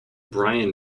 brian